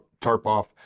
Tarpoff